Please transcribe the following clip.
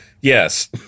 Yes